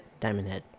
Diamondhead